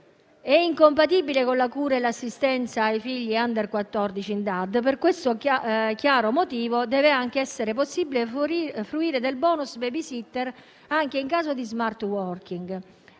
è incompatibile con la cura e l'assistenza ai figli *under* quattordici in DAD. Per questo chiaro motivo, deve anche essere possibile fruire del *bonus* *babysitter* anche in caso di *smart working*.